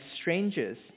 strangers